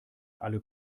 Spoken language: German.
alle